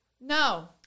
No